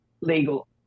legal